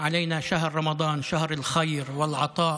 את חודש הרמדאן, חודש הטוב והנתינה,